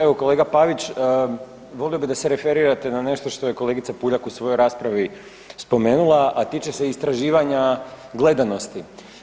Evo kolega Pavić, volio bi da se referirate na nešto što je kolegica Puljak u svojoj raspravi spomenula, a tiče se istraživanja gledanosti.